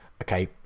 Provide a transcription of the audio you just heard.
Okay